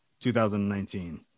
2019